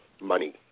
money